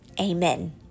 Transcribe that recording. Amen